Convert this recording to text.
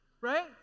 Right